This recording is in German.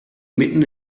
mitten